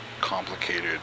Complicated